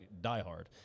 diehard